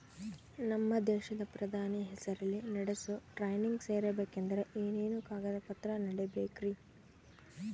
ನಮ್ಮ ದೇಶದ ಪ್ರಧಾನಿ ಹೆಸರಲ್ಲಿ ನಡೆಸೋ ಟ್ರೈನಿಂಗ್ ಸೇರಬೇಕಂದರೆ ಏನೇನು ಕಾಗದ ಪತ್ರ ನೇಡಬೇಕ್ರಿ?